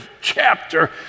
chapter